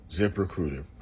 ZipRecruiter